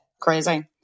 crazy